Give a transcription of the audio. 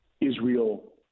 Israel